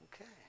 Okay